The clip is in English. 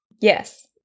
Yes